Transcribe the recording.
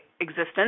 existence